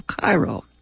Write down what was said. Cairo